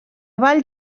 vall